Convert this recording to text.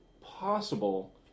possible